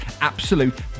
absolute